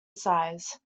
size